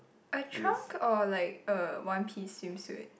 a trunk or like a one piece swimsuit